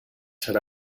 serà